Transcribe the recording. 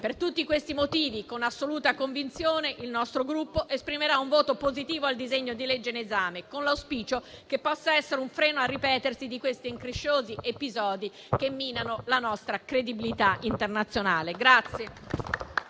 Per tutti questi motivi, con assoluta convinzione, il nostro Gruppo esprimerà un voto favorevole al disegno di legge in esame, con l'auspicio che possa essere un freno al ripetersi di incresciosi episodi che minano la nostra credibilità internazionale.